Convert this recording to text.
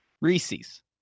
Reese's